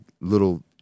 little